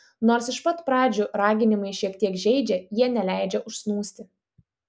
nors iš pat pradžių raginimai šiek tiek žeidžia jie neleidžia užsnūsti